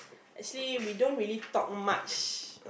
actually we don't really talk much